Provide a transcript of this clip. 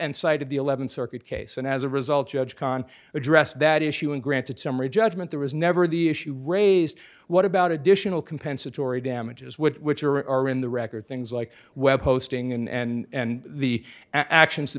cited the eleventh circuit case and as a result judge kahn addressed that issue and granted summary judgment there was never the issue raised what about additional compensatory damages which which are are in the record things like web hosting and and the actions